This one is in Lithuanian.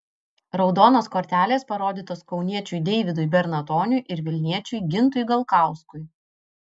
raudonos kortelės parodytos kauniečiui deividui bernatoniui ir vilniečiui gintui galkauskui